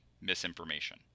misinformation